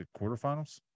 quarterfinals